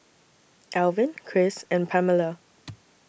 Elvin Chris and Pamella